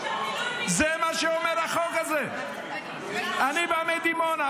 החוק שלי מתקן את זה שהמילואימניקים --- זה מה שאומר החוק הזה.